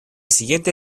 siguiente